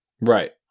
Right